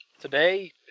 Today